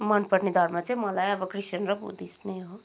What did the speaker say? मनपर्ने धर्म चाहिँ मलाई अब क्रिस्चियन र बुद्धिस्ट नै हो